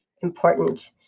important